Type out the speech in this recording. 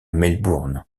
melbourne